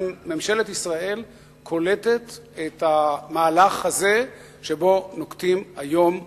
האם ממשלת ישראל קולטת את המהלך הזה שנוקטים היום הפלסטינים,